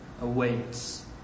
awaits